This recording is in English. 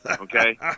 Okay